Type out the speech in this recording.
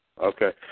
Okay